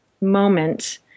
moment